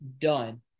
done